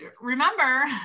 remember